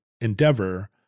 endeavor